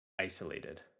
isolated